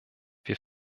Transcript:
wir